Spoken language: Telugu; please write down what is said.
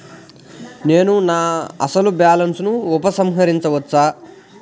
నేను నా అసలు బాలన్స్ ని ఉపసంహరించుకోవచ్చా?